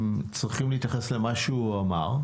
אתם צריכים להתייחס למה שהוא אמר,